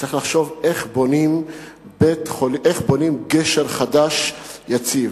צריך לחשוב איך בונים גשר חדש יציב.